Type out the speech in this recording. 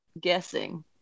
guessing